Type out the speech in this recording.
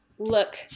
Look